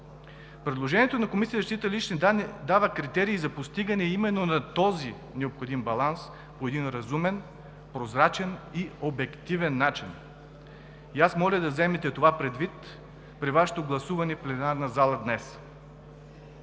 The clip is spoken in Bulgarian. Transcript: Предложението на Комисията за защита на личните данни дава критерии за постигане именно на този необходим баланс по един разумен, прозрачен и обективен начин. Аз моля да вземете това предвид при Вашето гласуване в пленарната зала днес.